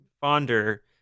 fonder